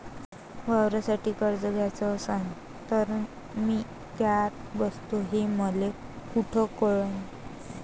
वावरासाठी कर्ज घ्याचं असन तर मी त्यात बसतो हे मले कुठ कळन?